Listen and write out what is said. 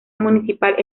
municipal